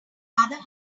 rather